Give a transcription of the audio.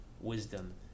wisdom